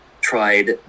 tried